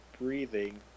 breathing